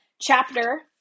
chapter